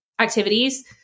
activities